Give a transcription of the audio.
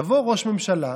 יבוא ראש ממשלה,